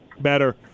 better